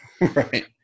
Right